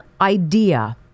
idea